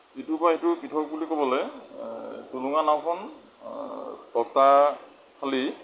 ইটোৰ পৰা সিটো পৃথক বুলি ক'বলৈ টুলুঙা নাওখন তক্তা ফালি